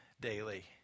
daily